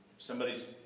somebody's